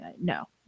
No